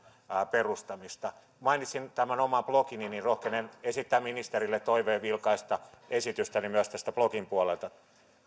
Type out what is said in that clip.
perustamista kun mainitsin tämän oman blogini niin rohkenen esittää ministerille toiveen vilkaista esitystäni myös tästä blogin puolelta